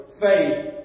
faith